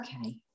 okay